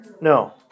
No